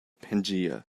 pangaea